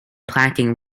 planting